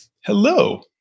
Hello